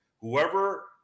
Whoever